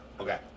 Okay